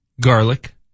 Garlic